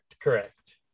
correct